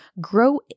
grow